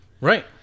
Right